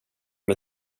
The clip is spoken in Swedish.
med